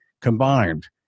combined